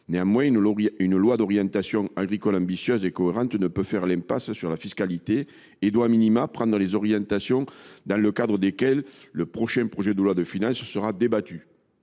insuffisantes. Une loi d’orientation agricole ambitieuse et cohérente ne peut faire l’impasse sur la fiscalité, et doit fixer les orientations dans le cadre desquelles le prochain projet de loi de finances sera débattu.